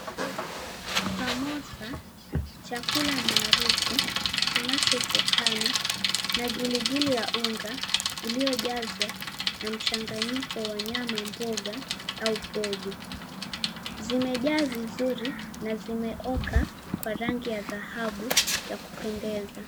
Samosa, chakula maalum kinachotokana na giligili ya unga, iliyojazwa na mchanganyiko wa nyama, mboga au pojo. Zimejaa vizuri na zimeoka kwa rangi ya dhahabu ya kupendeza.